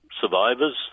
survivors